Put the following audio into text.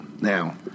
Now